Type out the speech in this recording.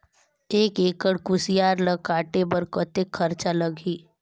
एक एकड़ कुसियार ल काटे बर कतेक खरचा लगही?